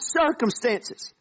circumstances